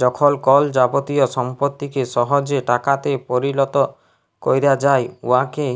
যখল কল যাবতীয় সম্পত্তিকে সহজে টাকাতে পরিলত ক্যরা যায় উয়াকে